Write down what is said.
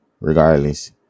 Regardless